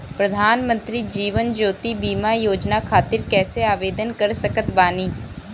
प्रधानमंत्री जीवन ज्योति बीमा योजना खातिर कैसे आवेदन कर सकत बानी?